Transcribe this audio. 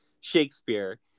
Shakespeare